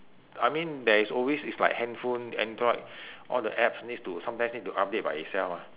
I mean there is always is like handphone android all the apps needs to sometimes need to update by itself ah